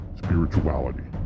spirituality